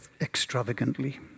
extravagantly